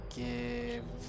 give